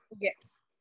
Yes